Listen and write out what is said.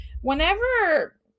whenever